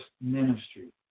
ministry